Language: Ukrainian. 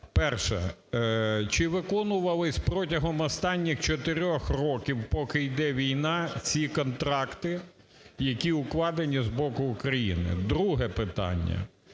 Перше. Чи виконувались протягом останніх чотирьох років, поки йде війна, ці контракти, які укладені з боку України? Друге питання.